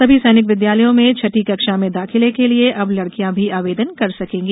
सभी सैनिक विद्यालयों में छठी कक्षा में दाखिले के लिए अब लड़कियां भी आवेदन कर सकेंगी